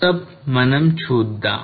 దాన్ని close up మనం చూద్దాం